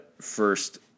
first